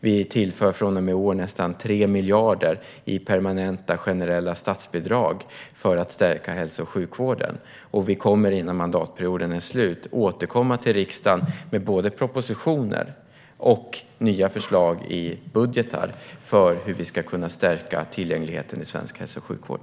Vi tillför från och med i år nästan 3 miljarder i permanenta generella statsbidrag för att stärka hälso och sjukvården, och vi kommer innan mandatperioden är slut att återkomma till riksdagen med både propositioner och nya förslag i budgetar om hur vi ska kunna stärka tillgängligheten i svensk hälso och sjukvård.